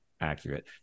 accurate